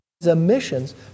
emissions